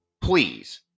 please